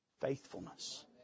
faithfulness